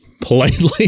politely